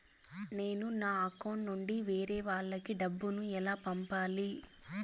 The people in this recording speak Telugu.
నేను నా అకౌంట్ నుండి వేరే వాళ్ళకి డబ్బును ఎలా పంపాలి?